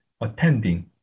attending